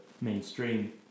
mainstream